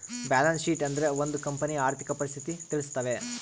balance sheet ಅಂದ್ರೆ ಒಂದ್ ಕಂಪನಿಯ ಆರ್ಥಿಕ ಪರಿಸ್ಥಿತಿ ತಿಳಿಸ್ತವೆ